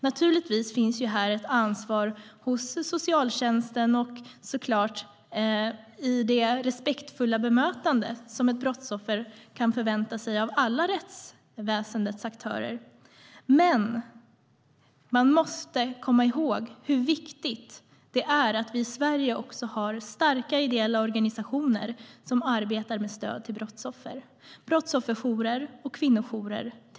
Naturligtvis finns här ett ansvar hos socialtjänsten och i det respektfulla bemötande som ett brottsoffer kan förvänta sig av alla rättsväsendets aktörer. Men man måste komma ihåg hur viktigt det är att vi i Sverige också har starka ideella organisationer som arbetar med stöd till brottsoffer. Det är till exempel brottsofferjourer och kvinnojourer.